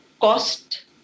cost